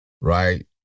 right